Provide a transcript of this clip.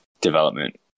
development